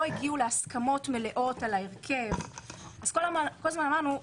הגיעו להסכמות מלאות על ההרכב אז כל הזמן אמרנו,